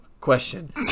question